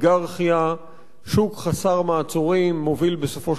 שוק חסר מעצורים מוביל בסופו של דבר למונופולים.